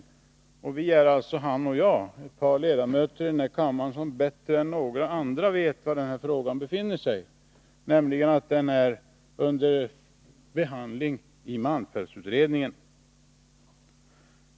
Han och jagär ett par av de ledamöter i den här kammaren som bättre än några andra vet var denna fråga befinner sig, nämligen att den är under behandling i malmfältsutredningen.